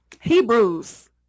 hebrews